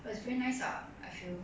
but it's very nice lah I feel